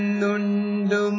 nundu